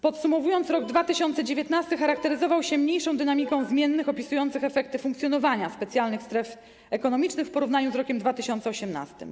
Podsumowując, rok 2019 charakteryzował się mniejszą dynamiką zmiennych opisujących efekty funkcjonowania specjalnych stref ekonomicznych w porównaniu z rokiem 2018.